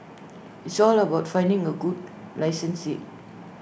it's all about finding A good licensee